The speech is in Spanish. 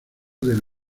del